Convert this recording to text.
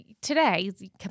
today